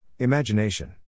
Imagination